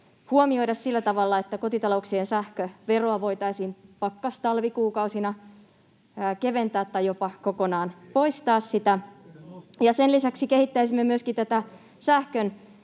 huomioida sillä tavalla, että kotitalouksien sähköveroa voitaisiin pakkastalvikuukausina keventää tai jopa kokonaan poistaa. Sen lisäksi kehittäisimme myöskin sähkön